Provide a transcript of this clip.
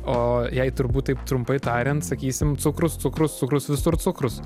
o jei turbūt taip trumpai tariant sakysim cukrus cukrus cukrus visur cukrus